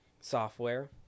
software